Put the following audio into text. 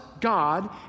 God